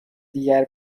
دیگر